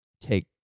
take